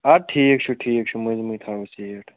اَدٕ ٹھیٖک چھُ ٹھیٖک چھُ مٔنٛزِمٕے تھاوَو سیٖٹ